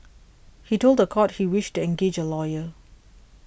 he told the court he wished to engage a lawyer